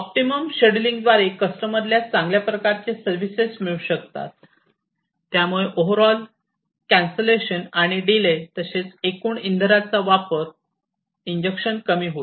optimum scheduling द्वारे कस्टमरला चांगल्या प्रकारचे सर्विसेस मिळू शकते त्यामुळे ओव्हर ऑल कॅन्सलेशन आणि डीले तसेच एकूणच इंधनाचा वापर कंजक्शन कमी होईल